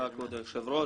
כבוד היושב-ראש.